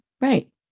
Right